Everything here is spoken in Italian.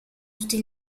tutti